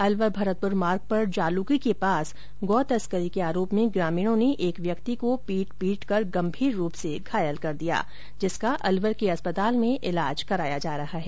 अलवर भरतपुर मार्ग पर जालूकी के पास गौतस्करी के आरोप में ग्रामीणों ने एक व्यक्ति को पीटकर गंभीर रूप से घायल कर दिया जिसका अलवर के अस्पताल में इलाज कराया जा रहा है